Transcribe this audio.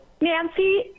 Nancy